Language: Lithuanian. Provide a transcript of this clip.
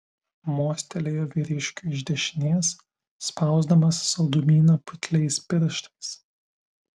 mostelėjo vyriškiui iš dešinės spausdamas saldumyną putliais pirštais